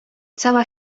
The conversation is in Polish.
cała